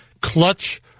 Clutch